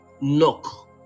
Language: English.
knock